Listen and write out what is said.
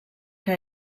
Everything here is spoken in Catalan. que